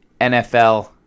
NFL